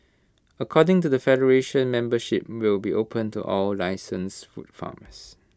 according to the federation membership will be opened to all licensed food farmers